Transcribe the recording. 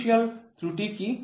fiducial ত্রুটি কি